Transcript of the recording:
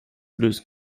lösen